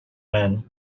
when